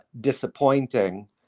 disappointing